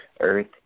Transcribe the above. Earth